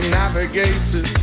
navigator